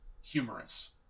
humorous